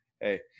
hey